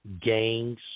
gangs